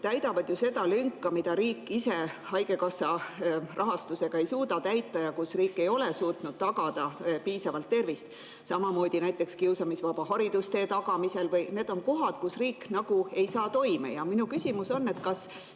täidavad ju seda lünka, mida riik ise haigekassa rahastusega ei suuda täita ja kus riik ei ole suutnud tagada piisavalt tervist. Samamoodi on näiteks kiusamisvaba haridustee tagamisel. Need on kohad, kus riik nagu ei tule toime. Minu küsimus ongi see: kas